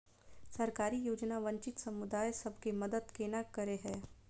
सरकारी योजना वंचित समुदाय सब केँ मदद केना करे है?